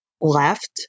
left